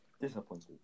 disappointed